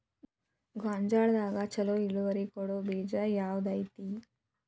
ಗೊಂಜಾಳದಾಗ ಛಲೋ ಇಳುವರಿ ಕೊಡೊ ಬೇಜ ಯಾವ್ದ್ ಐತಿ?